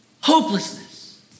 Hopelessness